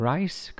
Rice